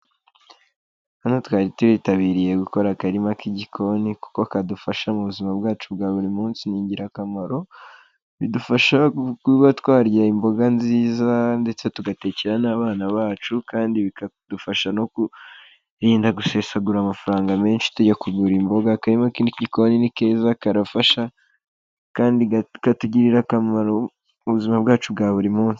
Hano twari tuhitabiriye gukora akarima k'igikoni kuko kadufasha mu buzima bwacu bwa buri munsi ni ingirakamaro, bidufasha kuba twarya imboga nziza, ndetse tugatekera n'abana bacu kandi bikadufasha no kwirinda gusesagura amafaranga menshi tujya kugura imboga, akarima k'igikoni ni keza karafasha, kandi katugirira akamaro mu buzima bwacu bwa buri munsi.